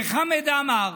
וחמד עמאר,